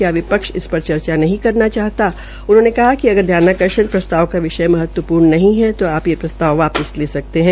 क्या विपक्ष इस पर चर्चा नहीं करना चाहता उन्होंने कहा कि अगर ध्यानाकर्षण प्रस्ताव का विषय महत्वपूर्ण नहीं है तो आज के प्रस्ताव वापिस ले सकते है